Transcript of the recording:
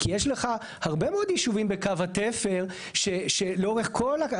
כי יש לך הרבה מאוד ישובים בקו התפר שלאורך כל,